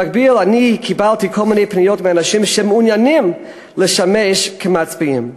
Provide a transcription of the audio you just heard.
במקביל אני קיבלתי כל מיני פניית מאנשים שמעוניינים לשמש כמצביעים.